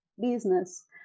business